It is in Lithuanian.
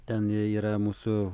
ten yra mūsų